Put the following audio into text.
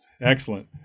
excellent